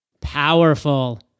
Powerful